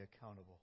accountable